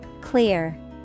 Clear